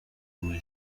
muri